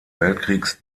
weltkriegs